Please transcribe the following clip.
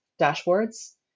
dashboards